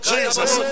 Jesus